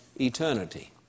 eternity